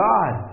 God